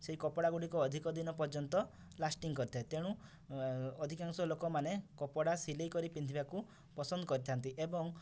ସେହି କପଡ଼ାଗୁଡ଼ିକ ଅଧିକ ଦିନ ପର୍ଯ୍ୟନ୍ତ ଲାଷ୍ଟିଂ କରିଥାଏ ତେଣୁ ଅଧିକାଂଶ ଲୋକମାନେ କପଡ଼ା ସିଲେଇ କରି ପିନ୍ଧିବାକୁ ପସନ୍ଦ କରିଥାନ୍ତି ଏବଂ